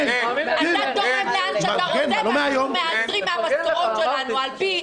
אתה תורם לאן שאתה רוצה ואנחנו מעשרים מן המשכורות שלנו על פי ההלכה.